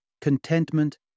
contentment